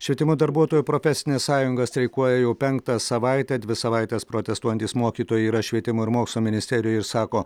švietimo darbuotojų profesinės sąjungos streikuoja jau penktą savaitę dvi savaites protestuojantys mokytojai yra švietimo ir mokslo ministerijoj ir sako